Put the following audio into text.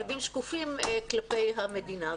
ילדים שקופים כלפי המדינה.